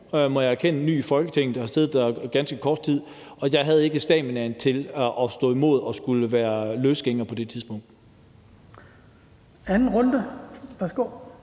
må jeg erkende, og havde siddet der ganske kort tid, og jeg havde ikke stamina til at stå imod og skulle være løsgænger på det tidspunkt. Kl. 20:11 Den fg.